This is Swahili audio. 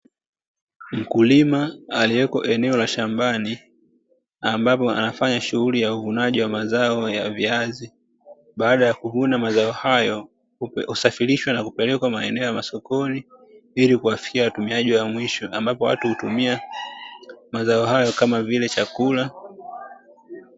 Mkulima alieko eneo la shambani, ambapo anafanya shughuli ya uvunaji wa mazao ya viazi, baaada ya kuvuna mazao hayo husafirishwa na kupelekwa maeneo ya masokoni, ilikuwafikia watumiaji wa mwisho, ambapo watu hutumia mazao hayo kama vile chakula.